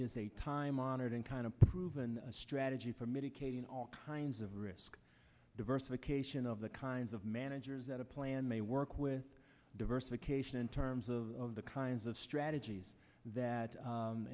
is a time honored and kind of proven strategy for medicating all kinds of risk diversification of the kinds of managers that a plan may work with diversification in terms of the kinds of strategies that